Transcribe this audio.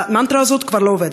המנטרה הזאת כבר לא עובדת.